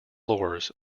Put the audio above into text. floors